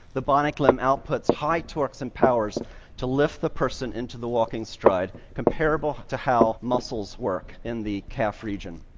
the bionic limb outputs high torques and powers to lift the person into the walking stride, comparable to how muscles work in the calf region.